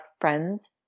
friends